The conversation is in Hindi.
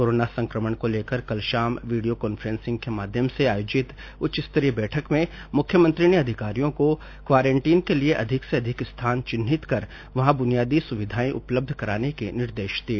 कोरोना संकमण को लेकर कल शाम वीडियो कॉन्फ्रेंसिंग के माध्यम से आयोजित उच्च स्तरीय बैठक में मुख्यमंत्री ने अधिकारियों को क्वारेंटाइन के लिए अधिक से अधिक स्थान चिन्हित कर वहां बुनियादी सुविधाएं उपलब्ध कराने के निर्देश दिए